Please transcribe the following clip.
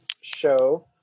show